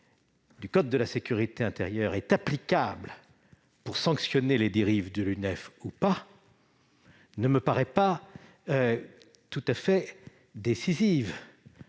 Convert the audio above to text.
du code de la sécurité intérieure est applicable ou non pour sanctionner les dérives de l'UNEF ne me paraît pas tout à fait décisive.